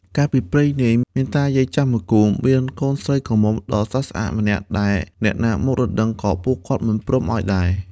កាលពីព្រេងនាយ មានតាយាយចាស់មួយគូ មានកូនស្រីក្រមុំដ៏ស្រស់ស្អាតម្នាក់ ដែលអ្នកណាមកដណ្ដឹងក៏ពួកគាត់មិនព្រមឲ្យដែរ។